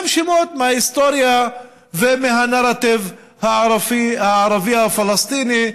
שהם שמות מההיסטוריה ומהנרטיב הערבי הפלסטיני,